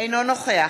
אינו נוכח